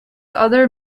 other